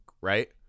right